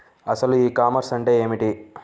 అసలు ఈ కామర్స్ అంటే ఏమిటి?